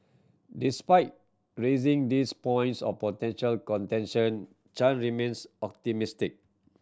despite raising these points of potential contention Chan remains optimistic